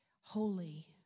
Holy